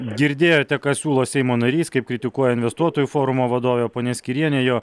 girdėjote ką siūlo seimo narys kaip kritikuoja investuotojų forumo vadovė ponia skyrienė jo